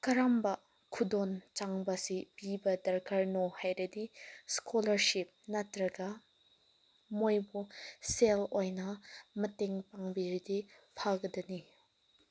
ꯀꯔꯝꯕ ꯈꯨꯗꯣꯡ ꯆꯥꯕꯁꯤ ꯄꯤꯕ ꯗꯔꯀꯥꯔꯅꯣ ꯍꯥꯏꯔꯗꯤ ꯏꯁꯀꯣꯂꯔꯁꯤꯞ ꯅꯠꯇ꯭ꯔꯒ ꯃꯣꯏꯕꯨ ꯁꯦꯜ ꯑꯣꯏꯅ ꯃꯇꯦꯡ ꯄꯥꯡꯕꯤꯔꯗꯤ ꯐꯒꯗꯕꯅꯤ